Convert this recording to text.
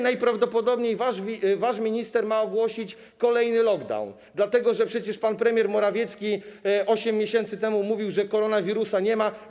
Najprawdopodobniej dzisiaj wasz minister ma ogłosić kolejny lockdown, dlatego że przecież pan premier Morawiecki 8 miesięcy temu mówił, że koronawirusa nie ma.